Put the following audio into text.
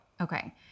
Okay